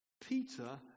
Peter